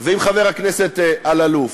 ועם חבר הכנסת אלאלוף,